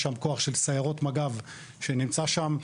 יש שם כוח של סיירות מג"ב שנמצא שם,